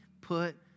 put